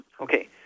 Okay